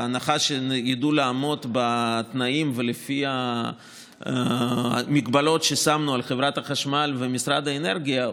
בהנחה שידעו לעמוד בתנאים והמגבלות ששמנו על חברת החשמל ומשרד האנרגיה,